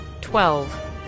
Twelve